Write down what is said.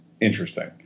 interesting